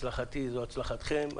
הצלחתי זו הצלחתכם.